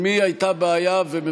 אני אוסיף.